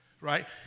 Right